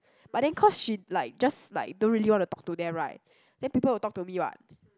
but then cause she like just like don't really wanna talk to them right then people will talk to me [what]